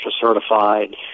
certified